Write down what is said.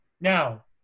Now